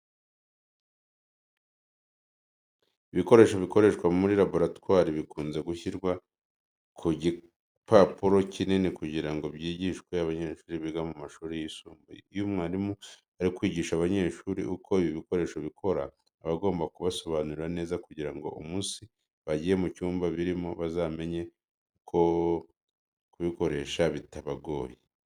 Ibikoresho bikoreshwa muri laboratwari bikunze gushyirwa ku gipapuro kinini kugira ngo byigishwe abanyeshuri biga mu mashuri yisumbuye. Iyo umwarimu ari kwigisha abanyeshuri uko ibi bikoresho bikora, aba agomba kubasobanurira neza kugira ngo umunsi bagiye mu cyumba birimo bazamenye kubikoresha bitabagoye.